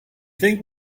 think